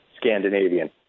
Scandinavian